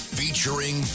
featuring